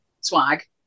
swag